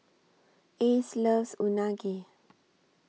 Ace loves Unagi